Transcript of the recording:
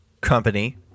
Company